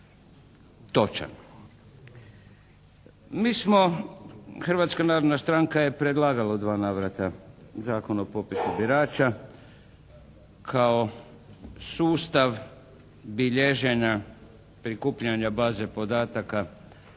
smo, Hrvatska narodna stranka je predlagala u dva navrata Zakon o popisu birača kao sustav bilježenja, prikupljanja baze podataka